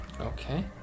Okay